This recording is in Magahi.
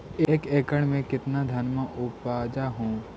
एक एकड़ मे कितना धनमा उपजा हू?